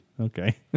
Okay